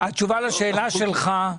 התשובה לשאלה שלך,